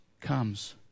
comes